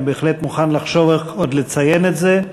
אני בהחלט מוכן לחשוב איך עוד לציין את זה,